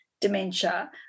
dementia